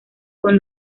con